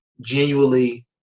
genuinely